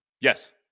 yes